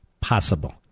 possible